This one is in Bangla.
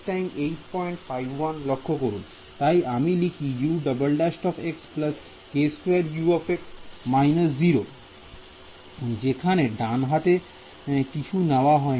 তাই আমি লিখি U′′ k2U − 0 যেখানে ডান হাতে কিছু নেওয়া হয়নি